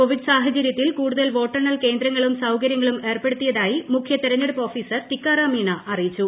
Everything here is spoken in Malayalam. കോവിഡ് സാഹചര്യത്തിൽ കൂടുതൽ രണ്ടു വോട്ടെണ്ണൽ കേന്ദ്രങ്ങളും സൌകര്യങ്ങളും ഏർപ്പെടുത്തിയതായി മുഖ്യതെരഞ്ഞെടുപ്പ് ഓഫീസർ ടീക്കാറാം മീണ അറിയിച്ചു